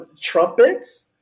trumpets